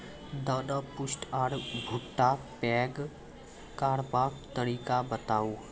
दाना पुष्ट आर भूट्टा पैग करबाक तरीका बताऊ?